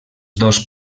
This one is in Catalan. dos